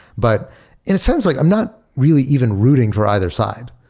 but it it sounds like i'm not really even rooting for either side.